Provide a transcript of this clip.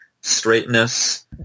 straightness